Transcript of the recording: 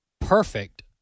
perfect